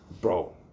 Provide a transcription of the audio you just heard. bro